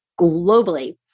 globally